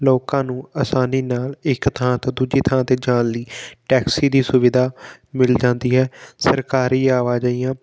ਲੋਕਾਂ ਨੂੰ ਆਸਾਨੀ ਨਾਲ ਇੱਕ ਥਾਂ ਤੋਂ ਦੂਜੀ ਥਾਂ 'ਤੇ ਜਾਣ ਲਈ ਟੈਕਸੀ ਦੀ ਸੁਵਿਧਾ ਮਿਲ ਜਾਂਦੀ ਹੈ ਸਰਕਾਰੀ ਆਵਾਜਾਈਆਂ